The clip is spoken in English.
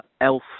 elf